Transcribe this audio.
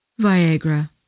Viagra